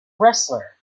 wrestler